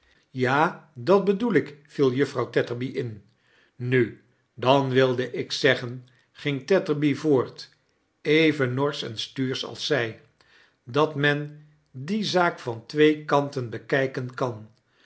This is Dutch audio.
ja dat bedoel ik viel juffrouw tetterby in nu dan wilde ik zeggen ging tetterby voort even norsch en stuursch als zq dat mem die zaak van twee kanten bekqken kan